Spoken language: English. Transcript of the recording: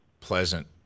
pleasant